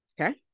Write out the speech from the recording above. okay